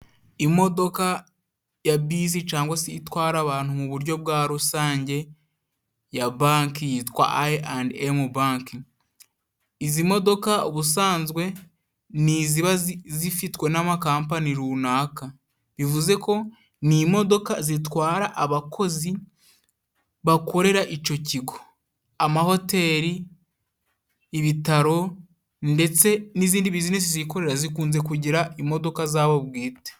Imodoka ya bisi cangwa se itwara abantu mu buryo bwa rusange ya banki yitwa ayi andi emu banki. Izi modoka ubusanzwe n iziba zifitwe n'amakampani runaka, bivuze ko n'imodoka zitwara abakozi bakorera ico kigo. Amahoteli, ibitaro, ndetse n'izindi bizinesi zikorera zikunze kugira imodoka zabo bwite.